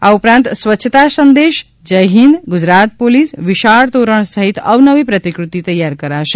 આ ઉપરાંત સ્વચ્છતા સંદેશ જય હિન્દ ગુજરાત પોલીસ વિશાળ તોરણ સહીત અવનવી પ્રતિકૃતિ તૈયાર કરશે